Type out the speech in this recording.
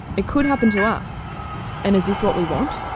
it could happen to us and is this what we want?